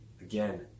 Again